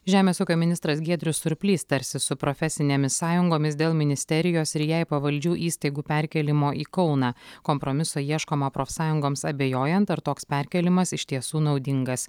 žemės ūkio ministras giedrius surplys tarsis su profesinėmis sąjungomis dėl ministerijos ir jai pavaldžių įstaigų perkėlimo į kauną kompromiso ieškoma profsąjungoms abejojant ar toks perkėlimas iš tiesų naudingas